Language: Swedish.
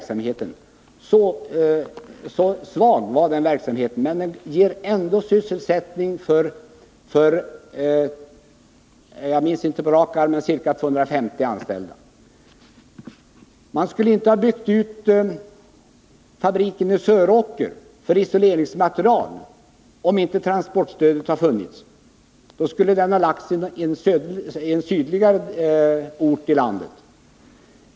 Så svag är den verksamheten, men den ger ändå sysselsättning åt ca 250 anställda. Gullfiberfabriken i Söråker skulle inte ha byggts ut med tillverkning av isoleringsmaterial, om inte transportstödet hade funnits. Denna tillverkning skulle i så fall ha förlagts till en sydligare ort i landet.